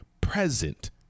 present